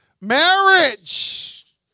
Marriage